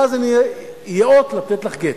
ואז אני איאות לתת לך גט.